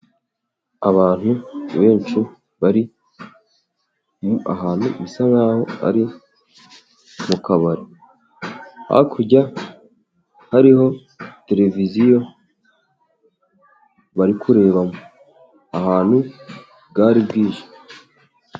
Abantu benshi bari ahantu bisa nk'aho ari mu kabari, hakurya hariho televiziyo bari kurebamo, ahantu bwari bwije.